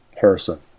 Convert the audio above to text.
Harrison